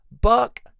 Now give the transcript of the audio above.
buck